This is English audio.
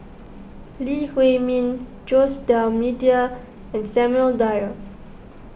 Lee Huei Min Jose D'Almeida and Samuel Dyer